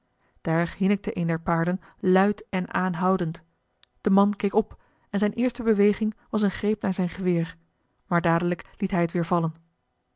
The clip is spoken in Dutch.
daar hinnikte een der paarden luid en aanhoudend de man keek op en zijne eerste beweging was een greep naar zijn geweer maar dadelijk liet hij het weer vallen